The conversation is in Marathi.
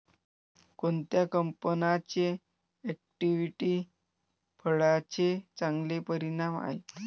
कोणत्या कंपन्यांचे इक्विटी फंडांचे चांगले परिणाम आहेत?